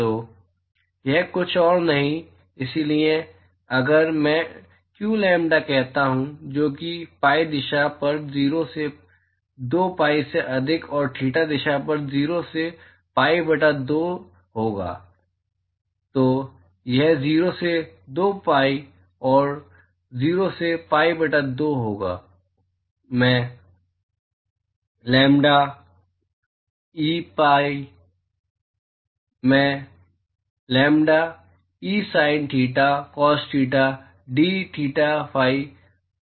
तो यह और कुछ नहीं है इसलिए अगर मैं q लैम्ब्डा कहता हूं जो कि pi दिशा पर 0 से 2 pi से अधिक और थीटा दिशा पर 0 से pi बटा 2 होगा तो यह 0 से 2 pi 0 से pi बटा 2 होगा मैं लैम्ब्डा ई पाप theta cos theta d theta d phi